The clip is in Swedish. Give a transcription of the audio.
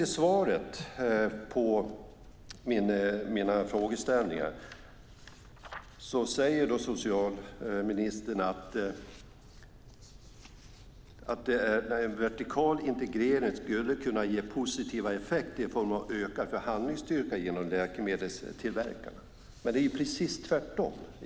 I svaret på mina frågeställningar säger socialministern att en vertikal integrering skulle kunna ge positiva effekter i form av ökad förhandlingsstyrka gentemot läkemedelstillverkarna. Men det är ju precis tvärtom!